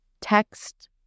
text